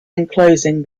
enclosing